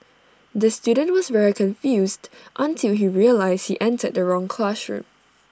the student was very confused until he realised he entered the wrong classroom